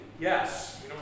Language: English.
yes